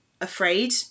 afraid